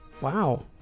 Wow